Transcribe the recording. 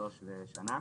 שלוש ושנה,